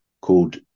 called